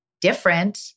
different